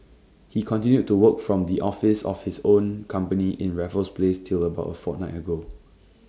he continued to work from the office of his own company in Raffles place till about A fortnight ago